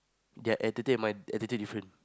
their attitude and my attitude different